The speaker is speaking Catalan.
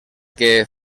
que